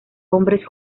hombres